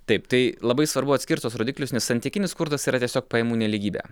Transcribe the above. taip tai labai svarbu atskirt tuos rodiklius nes santykinis skurdas yra tiesiog pajamų nelygybė